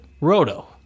ROTO